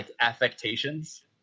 affectations